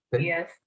yes